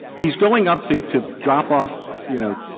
he's going up to to drop off, you know,